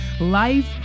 Life